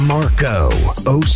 Marco